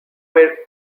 ver